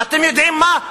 ואתם יודעים מה,